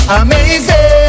amazing